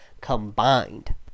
combined